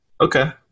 Okay